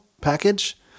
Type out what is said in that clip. package